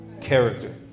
character